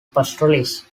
pastoralists